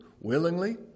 willingly